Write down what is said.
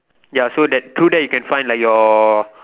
ya so that through that you can find like your